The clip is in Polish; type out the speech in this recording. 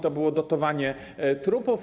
To było dotowanie trupów.